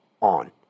on